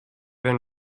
than